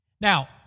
Now